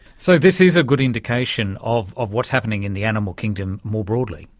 so this is a good indication of of what's happening in the animal kingdom more broadly?